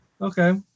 Okay